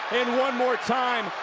and one more time,